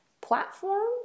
platform